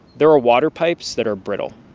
there are water pipes that are brittle.